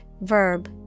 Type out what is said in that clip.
verb